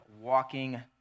Walking